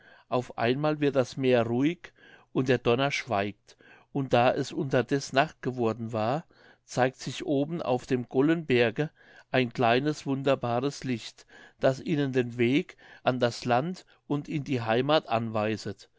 auf einmal wird das meer ruhig und der donner schweigt und da es unterdeß nacht geworden war zeigt sich oben auf dem gollenberge ein kleines wunderbares licht das ihnen den weg an das land und in die heimath anweiset